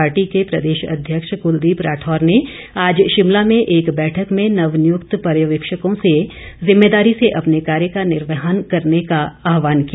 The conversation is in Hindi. पार्टी के प्रदेशाध्यक्ष कुलदीप राठौर ने आज शिमला में एक बैठक में नवनियुक्त पर्यवेक्षकों र्स जिम्मेदारी से अपने कार्य का निर्वहन करने का आहवान किया